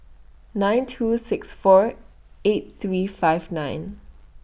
nine two six four eight three five nine